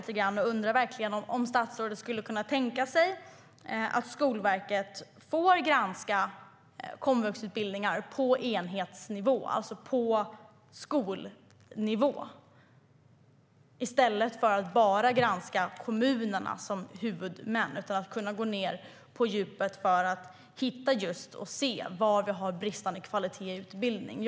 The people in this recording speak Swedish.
Jag undrar verkligen om statsrådet skulle kunna tänka sig att Skolverket får granska komvuxutbildningar på enhetsnivå, alltså på skolnivå, i stället för att bara granska kommunerna som huvudmän och att man får gå på djupet för att se var vi har bristande kvalitet i utbildningen.